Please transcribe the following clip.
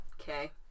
okay